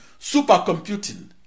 Supercomputing